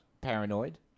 paranoid